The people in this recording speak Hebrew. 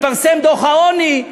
התפרסם דוח העוני,